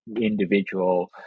individual